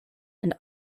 and